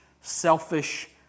selfish